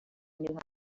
knew